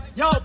yo